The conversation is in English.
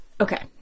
Okay